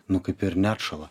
nu kaip ir neatšąla